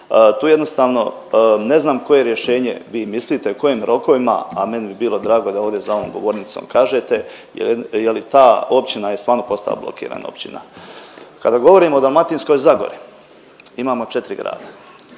tu jednostavno ne znam koje rješenje vi mislite u kojim rokovima, a meni bi bilo drago da ovdje za ovom govornicom kažete je li ta općina je stvarno postala blokirana općina. Kada govorimo o Dalmatinskoj zagori imamo četri grada